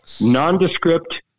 nondescript